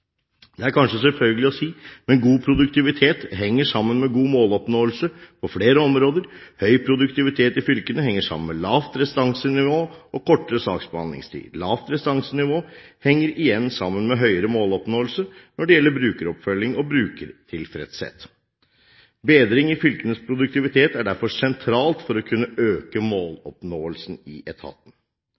Det er kanskje selvfølgelig å si, men god produktivitet henger sammen med god måloppnåelse på flere områder. Høy produktivitet i fylkene henger sammen med lavt restansenivå og kortere saksbehandlingstid. Lavt restansenivå henger igjen sammen med høyere måloppnåelse når det gjelder brukeroppfølging og brukertilfredshet. Bedring i fylkenes produktivitet er derfor sentralt for å kunne øke måloppnåelsen i etaten.